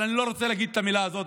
אני לא רוצה להגיד את המילה הזאת,